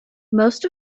most